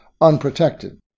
unprotected